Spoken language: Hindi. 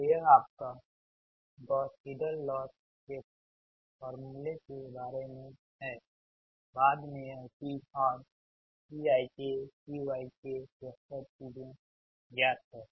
तो यह आपका गॉस सिडल लॉस के फार्मूले के बारे में है बाद में यह चीज और PikQ ik यह सब चीजें ज्ञात हैं